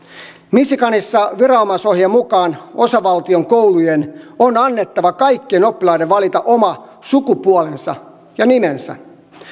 michiganissa viranomaisohjeen mukaan osavaltion koulujen on annettava kaikkien oppilaiden valita oma sukupuolensa ja nimensä